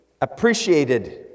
appreciated